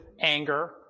anger